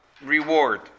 reward